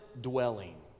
dwelling